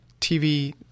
tv